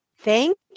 Thank